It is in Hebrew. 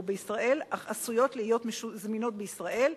בישראל אך עשויות להיות זמינות בישראל,